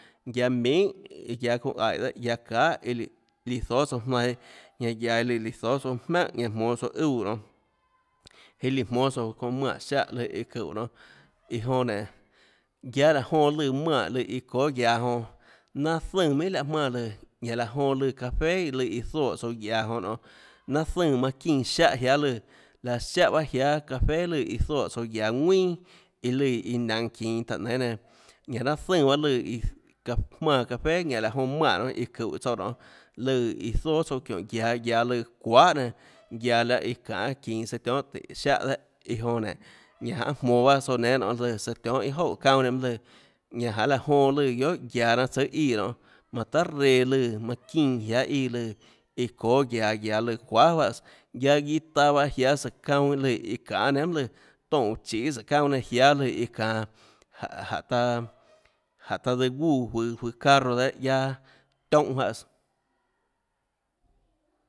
Guiaå minhà guiaå çounã aíhå dehâ guiaå çahà iã líã líã zóâ tsouã jnainã ñanã guiaå lùã løã jmónâ tsouã jmánhà ñanã jmonå tsouã úã nonå iâ líã jmónâ tsouã çounã manè siáhã lùã iã çúhå nonê iã jonã nénå guiáâ raã jonã lùã manè lùã iã çóâ guiaå jonã nanâ zùnã minhà láhã mánã lùã ñanã aå jonã lùã café iã lùã zoè tsouã guiaå jonã nonê nanâ zùnã manã çínã siáhã jiáâ lùã laã siáhã baâ jiáâ café lùã iã zoè tsouã guía ðuinà iã lùã iã naønå çinå táhå nénâ nenã ñanã nanâ zùnã bahâ lùã iã iã çaã mánã café ñanã laã jonã manè nonê iã çúhå tsouã nonê lùã iã zóâ tsouã çiónhå guiaå guiaå lùã çuahà nenã guiaå laâ iå çanê çinå søã tionhâ tùhå siáhå dehâ iã jonã nénå ñanã janê jmonå bahâ tsouã nénâ nonê lùã søã tionhâ iâ jouà uã çaunâ nenã mønâ lùã ñanã janê laã jonã lùã guiohà guiaå nanã tsùâ íã nonê manã tahà reã lùã manã çínã jiáâ íã lùã iã çóâ guiaå guiaå lùã çuahà juáhãs guiaâ guiâ taâ bahâ jiáâ søã çaunâ lùã iã çanê nenhà mønâ lùã tonè chiê søã çaunâ nenã jiáâ lùã iã çanå jánhå jánhå taã jánhå taã tsøã gúã juøå juøå carro dehâ guiaâ tiónhãs juáhãs